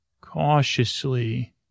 cautiously